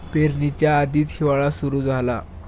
पेरणीच्या आधीच हिवाळा सुरू झाला